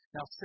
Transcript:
Now